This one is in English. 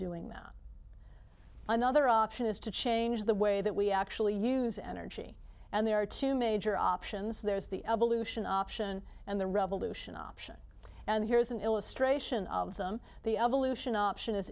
doing man another option is to change the way that we actually use energy and there are two major options there's the evolution option and the revolution option and here's an illustration of them the evolution option